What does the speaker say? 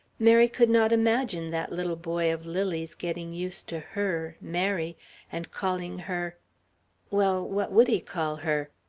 mary could not imagine that little boy of lily's getting used to her mary and calling her well, what would he call her?